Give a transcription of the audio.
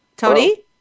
Tony